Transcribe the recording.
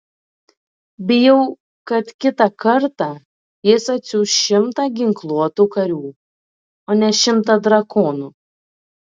bijau kad kitą kartą jis atsiųs šimtą ginkluotų karių o ne šimtą drakonų